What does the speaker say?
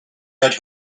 red